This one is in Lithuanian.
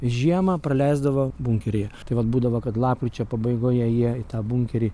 žiemą praleisdavo bunkeryje tai vat būdavo kad lapkričio pabaigoje jie į tą bunkerį